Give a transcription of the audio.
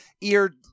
ear